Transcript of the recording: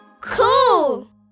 Cool